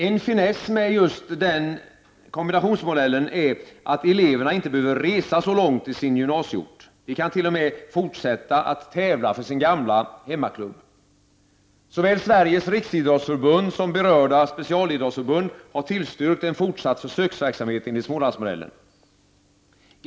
En finess med just denna kombinationsmodell är att eleverna inte behöver resa så långt till sin gymnasieort. De kan t.o.m. fortsätta att tävla för sin gamla hemmaklubb. Såväl Sveriges riksidrottsförbund som berörda specialidrottsförbund har tillstyrkt en fortsatt försöksverksamhet enligt ”Smålandsmodellen”.